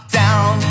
down